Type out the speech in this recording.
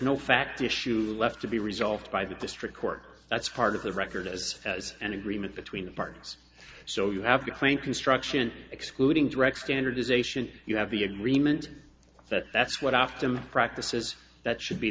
no fact issue left to be resolved by the district court that's part of the record as an agreement between the parties so you have a claim construction excluding direct standardization you have the agreement that that's what often practices that should be